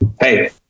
Hey